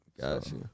Gotcha